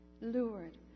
lured